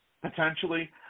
potentially